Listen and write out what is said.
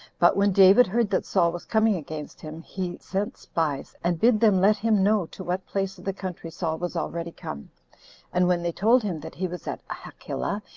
but when david heard that saul was coming against him, he sent spies, and bid them let him know to what place of the country saul was already come and when they told him that he was at hachilah,